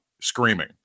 screaming